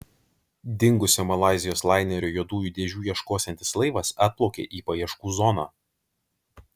dingusio malaizijos lainerio juodųjų dėžių ieškosiantis laivas atplaukė į paieškų zoną